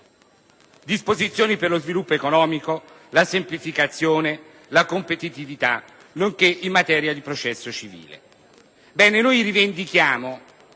«Disposizioni per lo sviluppo economico, la semplificazione, la competitività nonché in materia di processo civile».